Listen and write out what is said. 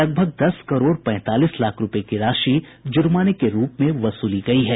लगभग दस करोड़ पैंतालीस लाख रूपये की राशि जुर्माने के रूप में वसूली गयी है